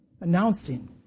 announcing